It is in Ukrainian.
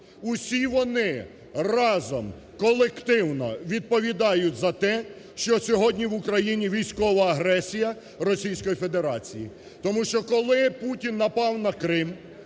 усі вони разом колективно відповідають за те, що сьогодні в Україні військова агресія Російської Федерації. Тому що, коли Путін напав на Крим,